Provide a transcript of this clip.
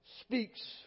speaks